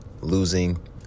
losing